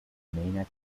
main